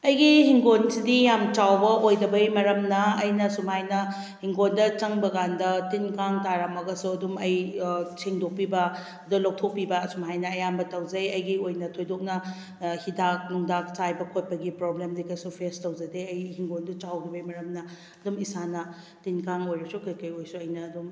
ꯑꯩꯒꯤ ꯍꯤꯡꯒꯣꯜꯁꯤꯗꯤ ꯌꯥꯝꯅ ꯆꯥꯎꯕ ꯑꯣꯏꯗꯕꯒꯤ ꯃꯔꯝꯅ ꯑꯩꯅ ꯑꯁꯨꯃꯥꯏꯅ ꯍꯤꯡꯒꯣꯜꯗ ꯆꯪꯕ ꯀꯥꯟꯗ ꯇꯤꯟ ꯀꯥꯡ ꯇꯥꯔꯝꯃꯒꯁꯨ ꯑꯗꯨꯝ ꯑꯩ ꯁꯦꯡꯗꯣꯛꯄꯤꯕ ꯑꯗꯣ ꯂꯧꯊꯣꯛꯄꯤꯕ ꯑꯁꯨꯃꯥꯏꯅ ꯑꯌꯥꯝꯕ ꯇꯧꯖꯩ ꯑꯩꯒꯤ ꯑꯣꯏꯅ ꯊꯣꯏꯗꯣꯛꯅ ꯍꯤꯗꯥꯛ ꯅꯨꯡꯗꯥꯛ ꯆꯥꯏꯕ ꯈꯣꯠꯄꯒꯤ ꯄ꯭ꯔꯣꯕ꯭ꯂꯦꯝꯗꯤ ꯀꯔꯤꯁꯨ ꯐꯦꯁ ꯇꯧꯖꯗꯦ ꯑꯩ ꯍꯤꯡꯒꯣꯜꯗꯨ ꯆꯥꯎꯗꯕꯒꯤ ꯃꯔꯝꯅ ꯑꯗꯨꯝ ꯏꯁꯥꯅ ꯇꯤꯟ ꯀꯥꯡ ꯑꯣꯏꯔꯁꯨ ꯀꯩꯀꯩ ꯑꯣꯏꯔꯁꯨ ꯑꯩꯅ ꯑꯗꯨꯝ